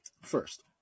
first